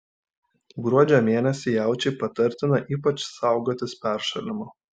gruodžio mėnesį jaučiui patartina ypač saugotis peršalimo